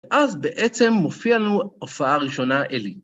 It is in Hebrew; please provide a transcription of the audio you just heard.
ואז בעצם מופיע לנו הופעה ראשונה אלי.